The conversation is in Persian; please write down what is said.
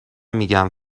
میگم